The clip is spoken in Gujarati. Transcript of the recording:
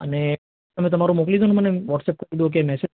અને તમે તમારું મોકલી દો ને મને વ્હોટસઅપ કરી દો કે મેસેજ